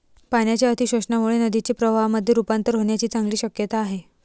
पाण्याच्या अतिशोषणामुळे नदीचे प्रवाहामध्ये रुपांतर होण्याची चांगली शक्यता आहे